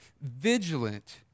vigilant